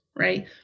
right